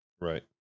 Right